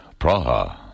Praha